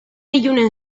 ilunen